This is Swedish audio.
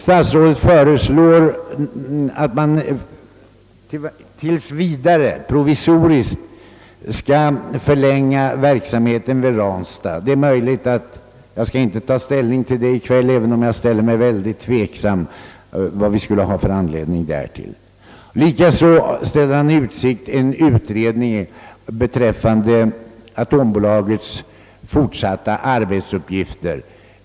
Statsrådet föreslår att man tills vidare provisoriskt skall förlänga verksamheten vid Ranstad. Jag skall inte ta ställning till det, men jag känner mig tveksam därtill. Dessutom ställer statsrådet i utsikt en utredning beträffande atombolagets fortsatta arbetsuppgifter.